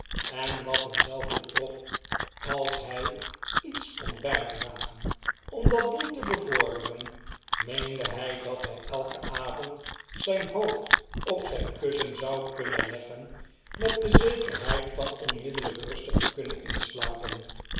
en wat hem zelf betrof als hij iets kon bijdragen om dat doe te bevorderen meende hij dat hij elken avond zijn hoofd op zijn kussen zou kunnen leggen met de zekerheid van onmiddellijk rustig te zullen inslapen